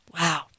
Wow